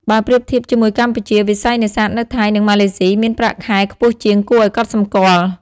បើប្រៀបធៀបជាមួយកម្ពុជា វិស័យនេសាទនៅថៃ និងម៉ាឡេស៊ីមានប្រាក់ខែខ្ពស់ជាងគួរឱ្យកត់សម្គាល់។